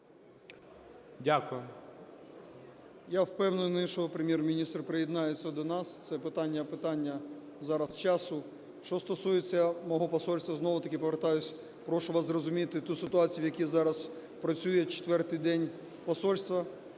Я впевнений, що Прем'єр-міністр приєднається до нас. Це питання – питання зараз часу. Що стосується мого посольства, знову-таки повертаюсь, прошу вас зрозуміти ту ситуацію, в якій зараз працює четвертий день посольство.